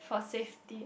for safety